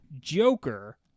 Joker